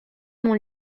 mon